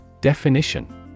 Definition